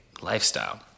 lifestyle